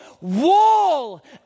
wall